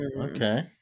okay